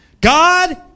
God